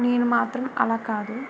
నేను మాత్రం అలా కాదు